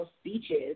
speeches